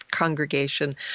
congregation